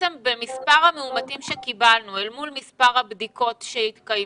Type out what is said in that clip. בין מספר המאומתים שקיבלנו אל מול מספר הבדיקות שהתקיימו,